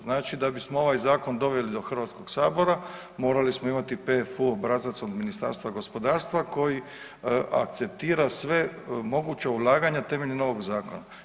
Znači da bismo ovaj zakon doveli do HSA-a morali smo imati PFO obrazac od Ministarstva gospodarstva koji akceptira sva moguća ulaganja temeljem novog zakona.